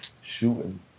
shooting